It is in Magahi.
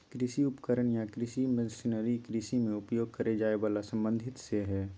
कृषि उपकरण या कृषि मशीनरी कृषि मे उपयोग करे जाए वला से संबंधित हई